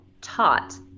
taught